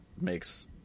makes